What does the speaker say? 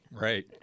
right